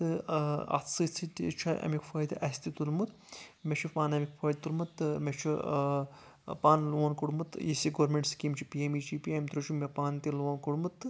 تہٕ اَتھ سۭتۍ سۭتۍ تہِ چھ امیُک فٲیِدٕ اَسہِ تہِ تُلمُت مےٚ چھُ پانہٕ امیُک فٲیِدٕ تُلمُت تہٕ مےٚ چھُ پانہٕ لون کوٚڑمُت یُس یہِ گورمینٛٹ سَکیٖم چھ P M V G P أمۍ تھروٗ مےٚ چھُ پانہٕ تہِ یہِ لون کوٚڑمُت تہٕ